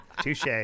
Touche